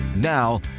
Now